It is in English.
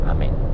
Amen